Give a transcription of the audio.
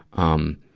um,